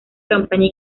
campaña